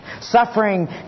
Suffering